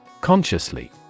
Consciously